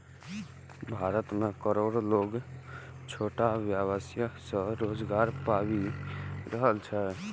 भारत मे करोड़ो लोग छोट व्यवसाय सं रोजगार पाबि रहल छै